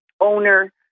owner